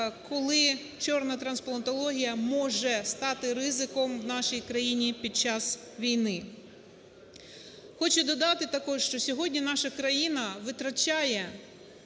коли "чорна" трансплантологія може стати ризиком в нашій країні під час війни. Хочу додати також, що сьогодні наша країна витрачає